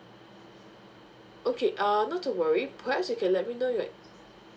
okay err not to worry perhaps you can let me know like